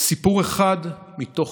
סיפור אחד מתוך